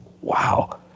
wow